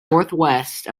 northwest